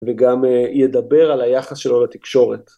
וגם ידבר על היחס שלו לתקשורת.